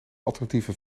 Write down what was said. alternatieven